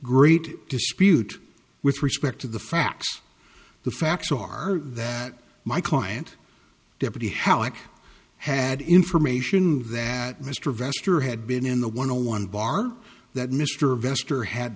great dispute with respect to the facts the facts are that my client deputy helike had information that mr vester had been in the one hundred one bar that mr vester had